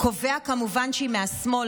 קובע כמובן שהיא מהשמאל,